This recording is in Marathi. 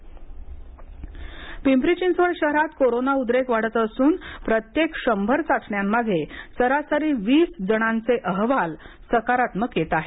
पिंपरी चिंचवड कोरोना पिंपरी चिंचवड शहरात कोरोना उद्रेक वाढत असून प्रत्येक शंभर चाचण्या मागे सरासरी वीस जणांचे अहवाल सकारात्मक येत आहे